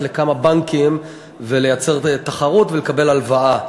לכמה בנקים ולייצר תחרות ולקבל הלוואה.